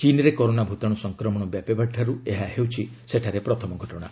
ଚୀନ୍ରେ କରୋନା ଭୂତାଣୁ ସଂକ୍ରମଣ ବ୍ୟାପିବାଠାରୁ ଏହା ହେଉଛି ସେଠାରେ ପ୍ରଥମ ଘଟଣା